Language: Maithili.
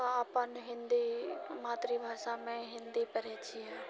हम तऽ अपन हिन्दी मातृभाषामे हिन्दी पढ़ै छिऐ